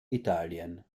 italien